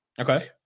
Okay